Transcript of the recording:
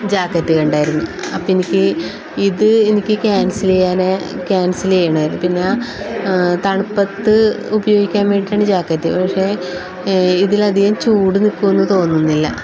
jacket കണ്ടായിരുന്നു അപ്പം എനിക്ക് ഇത് എനിക്ക് കാൻസൽ ചെയ്യാൻ കാൻസൽ ചെയ്യണമായിരുന്നു പിന്നെ തണുപ്പത്ത് ഉപയോഗിക്കാൻ വേണ്ടിയിട്ടാണ് ജാക്കറ്റ് പക്ഷേ ഇതിലധികം ചൂട് നിൽക്കുമെന്നു തോന്നുന്നില്ല